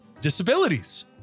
disabilities